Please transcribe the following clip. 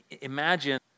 Imagine